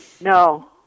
No